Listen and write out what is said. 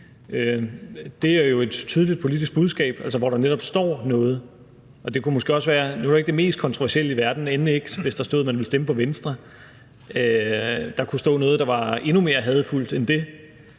det jo er et tydeligt politisk budskab, altså hvor der netop står noget. Nu er det ikke det mest kontroversielle i verden, end ikke hvis der stod, at man ville stemme på Venstre, for der kunne stå noget, der var endnu mere hadefuldt end det,